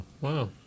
Wow